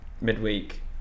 midweek